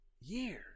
years